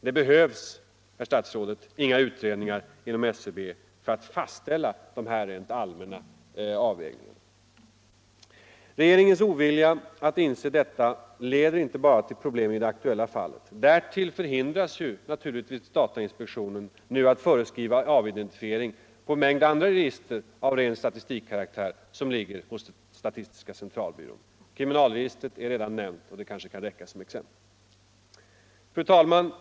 Det behövs, herr statsråd, inga utredningar inom SCB för detta rent allmänna ställningstagande. Regeringens ovilja att inse detta leder inte bara till problem i det aktuella fallet. Därtill förhindras datainspektionen nu att föreskriva avidentifiering på en mängd andra register av ren statstikkaraktär som ligger hos statistiska centralbyrån. Kriminalregistret är redan nämnt, och det kanske kan räcka som exempel. Fru talman!